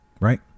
Right